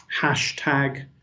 hashtag